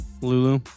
Lulu